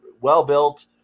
well-built